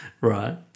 Right